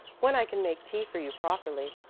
when i can make tea for you properly,